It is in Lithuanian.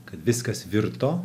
kad viskas virto